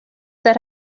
that